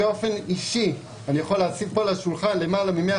באופן אישי אני יכול להציג פה על השולחן למעלה מ-150